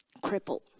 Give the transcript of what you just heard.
Crippled